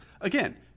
again